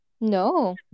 No